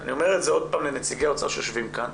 אני אומר את זה עוד לפעם לנציגי האוצר שיושבים כאן,